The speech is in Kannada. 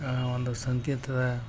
ಆ ಒಂದು ಸಂಕೇತದ